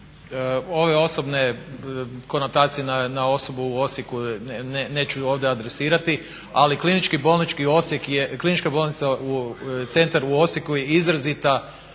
Ove osobne konotacije na osobu u Osijeku neću je o ovdje adresirati, ali Klinički bolnički centar u Osijeku je izrazita